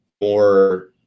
more